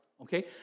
Okay